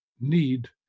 need